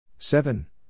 Seven